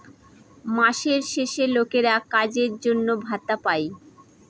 মাসের শেষে লোকেরা কাজের জন্য ভাতা পাই